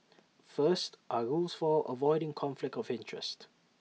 first our rules for avoiding conflict of interest